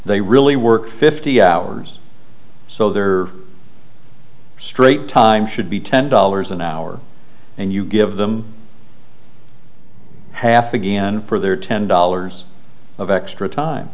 they really work fifty hours so there are straight times should be ten dollars an hour and you give them half again for their ten dollars of extra time